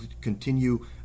continue